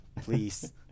Please